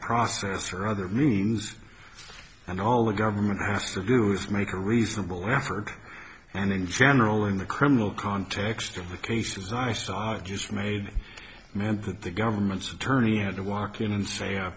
process or other means and all the government has to do is make a reasonable effort and in general in the criminal context of the cases i saw it just made meant that the government's attorney had to walk in and say